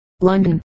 London